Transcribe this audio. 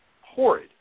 horrid